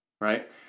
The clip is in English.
right